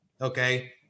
Okay